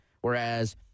whereas